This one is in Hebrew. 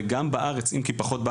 וגם בארץ אם כי פחות,